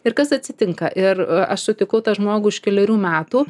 ir kas atsitinka ir aš sutikau tą žmogų už kelerių metų